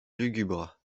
lugubre